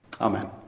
Amen